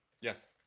Yes